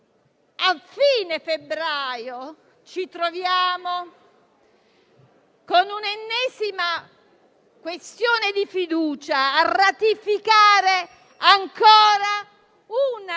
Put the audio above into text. a fine febbraio, ci troviamo con un'ennesima questione di fiducia a ratificare ancora un